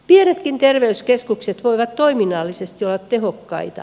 pienetkin terveyskeskukset voivat toiminnallisesti olla tehokkaita